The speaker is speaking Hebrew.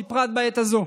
ובפרט בעת הזאת.